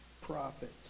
prophets